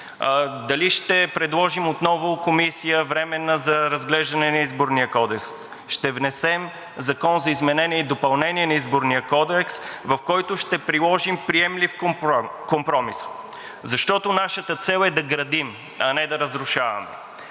Дали ще предложим отново комисия – временна, за разглеждане на Изборния кодекс, ще внесем Закон за изменение и допълнение на Изборния кодекс, в който ще приложим приемлив компромис, защото нашата цел е да градим, а не да разрушаваме.